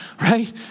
right